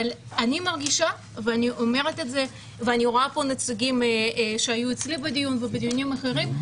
אבל אני מרגישה ואני רואה פה נציגים שהיו אצלי בדיון ובדיונים אחרים,